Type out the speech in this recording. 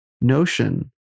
notion